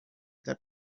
that